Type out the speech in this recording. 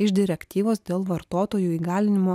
iš direktyvos dėl vartotojų įgalinimo